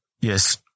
yes